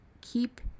keep